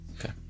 Okay